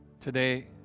Today